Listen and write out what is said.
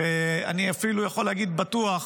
אני אפילו יכול להגיד בטוח,